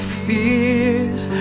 fears